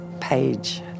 page